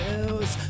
News